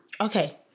okay